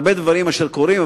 להרבה דברים שקורים,